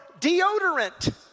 deodorant